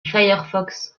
firefox